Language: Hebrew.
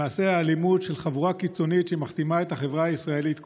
ממעשי האלימות של חבורה קיצונית שמכתימה את החברה הישראלית כולה.